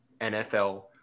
NFL